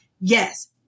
yes